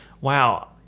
wow